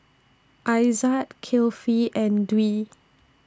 Aizat Kifli and Dwi